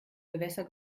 gewässer